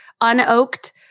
unoaked